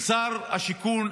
עם שר השיכון,